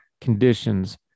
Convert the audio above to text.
conditions